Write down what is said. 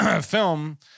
film